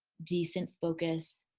decent focus,